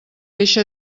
eixa